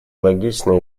логично